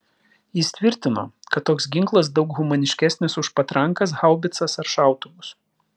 jis tvirtino kad toks ginklas daug humaniškesnis už patrankas haubicas ar šautuvus